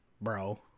bro